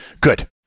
good